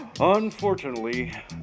Unfortunately